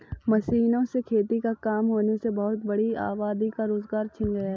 मशीनों से खेती का काम होने से बहुत बड़ी आबादी का रोजगार छिन गया है